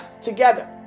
Together